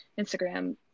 Instagram